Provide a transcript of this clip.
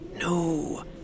No